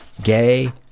gay,